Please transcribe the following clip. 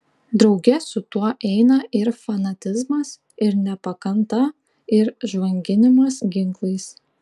drauge su tuo eina ir fanatizmas ir nepakanta ir žvanginimas ginklais